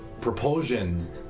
propulsion